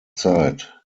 zeit